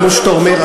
כמו שאתה אומר,